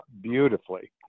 beautifully